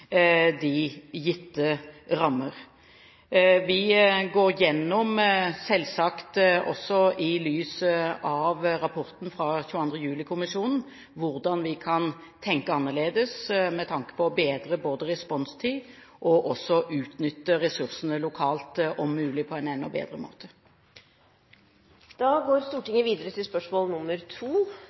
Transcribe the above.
de gitte rammer. Vi går igjennom, selvsagt også i lys av rapporten fra 22. juli-kommisjonen, hvordan vi kan tenke annerledes med tanke både på bedre responstid og på å utnytte ressursene lokalt om mulig på en enda bedre måte.